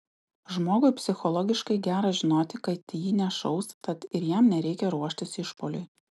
žmogui psichologiškai gera žinoti kad į jį nešaus tad ir jam nereikia ruoštis išpuoliui